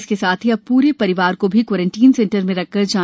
इसके साथ ही अब पूरे परिवार को भी क्वारेंटाइन सेंटर में रखकर जांच की गई है